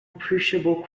appreciable